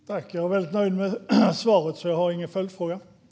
Herr talman! Jag är väldigt nöjd med svaret, så jag har ingen följdfråga.